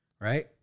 right